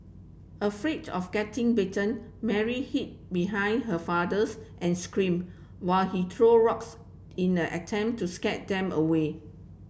afraid of getting bitten Mary hid behind her fathers and screamed while he threw rocks in an attempt to scare them away